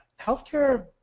healthcare